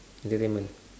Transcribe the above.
entertainment